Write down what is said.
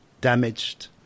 damaged